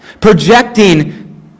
projecting